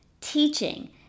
teaching